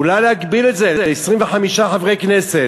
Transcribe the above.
אולי להגביל את זה ל-25 חברי כנסת.